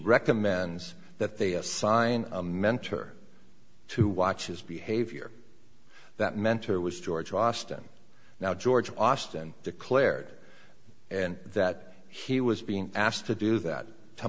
recommends that they assign a mentor to watch his behavior that mentor was george austin now george austin declared and that he was being asked to do that to